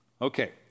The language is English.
Okay